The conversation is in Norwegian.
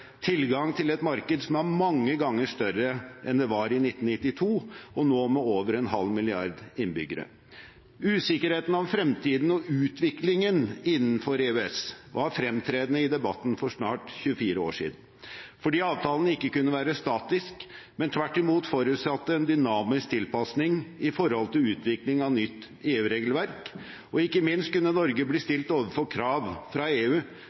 tilgang til et marked som er mange ganger større enn i 1992 – nå med over en halv milliard innbyggere. Usikkerhet om fremtiden og utviklingen innenfor EØS var fremtredende i debatten for snart 24 år siden fordi avtalen ikke kunne være statisk, men tvert imot forutsatte en dynamisk tilpasning til utvikling av nytt EU-regelverk, og ikke minst kunne Norge bli stilt overfor krav fra EU